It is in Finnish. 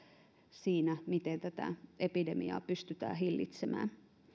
siinä miten tätä epidemiaa pystytään hillitsemään